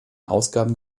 ausgaben